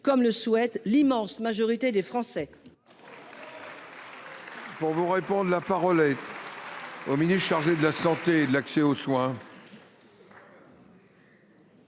comme le souhaite l’immense majorité des Français,